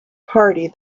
party